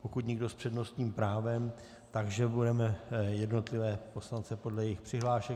Pokud nikdo s přednostním právem, tak budou jednotliví poslanci podle jejich přihlášek.